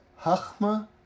Hachma